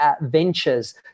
ventures